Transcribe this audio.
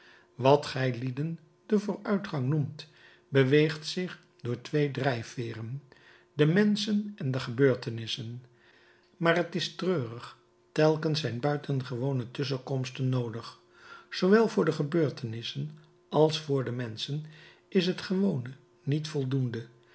wat gijlieden den vooruitgang noemt beweegt zich door twee drijfveeren de menschen en de gebeurtenissen maar t is treurig telkens zijn buitengewone tusschenkomsten noodig zoowel voor de gebeurtenissen als voor de menschen is het gewone niet voldoende